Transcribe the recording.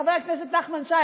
חבר הכנסת נחמן שי,